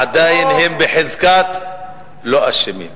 עדיין הם בחזקת לא אשמים.